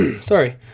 sorry